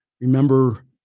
remember